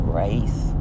race